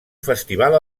festival